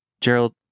Gerald